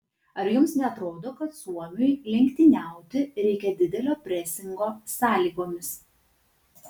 ar jums neatrodo kad suomiui lenktyniauti reikia didelio presingo sąlygomis